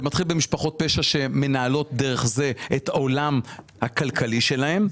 זה מתחיל במשפחות פשע שמנהלות דרך זה את העולם הכלכלי שלהן,